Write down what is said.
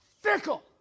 Fickle